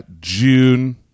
June